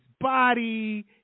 body